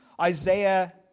Isaiah